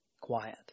quiet